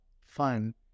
fun